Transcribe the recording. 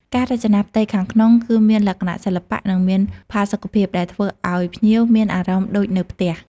ការរចនាផ្ទៃខាងក្នុងគឺមានលក្ខណៈសិល្បៈ និងមានផាសុកភាព ដែលធ្វើឲ្យភ្ញៀវមានអារម្មណ៍ដូចនៅផ្ទះ។